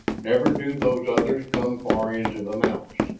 never do those others come far into the mountains.